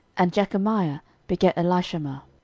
and jekamiah begat elishama.